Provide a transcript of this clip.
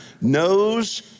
knows